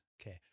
Okay